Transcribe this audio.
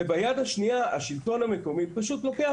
וביד השנייה השלטון המקומי פשוט לוקח,